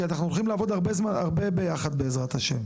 כי אנחנו הולכים לעבוד הרבה ביחד בעזרה ה',